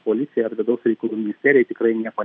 policijai ar vidaus reikalų ministerijai tikrai nieko